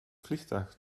vliegtuig